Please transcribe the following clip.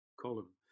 column